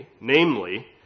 namely